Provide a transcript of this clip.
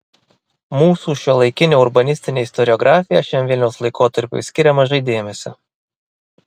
mūsų šiuolaikinė urbanistinė istoriografija šiam vilniaus laikotarpiui skiria mažai dėmesio